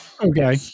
Okay